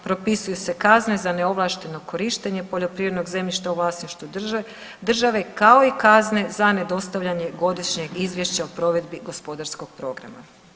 Propisuju se kazne za neovlašteno korištenje poljoprivrednog zemljišta u vlasništvu države kao i kazne za nedostavljanje godišnjeg izvješća o provedbi gospodarskog programa.